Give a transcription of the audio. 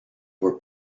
were